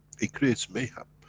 it creates mayhem.